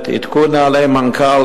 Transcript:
עדכון נוהלי מנכ"ל,